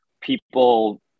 people